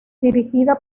dirigida